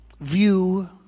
view